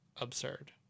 absurd